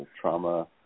trauma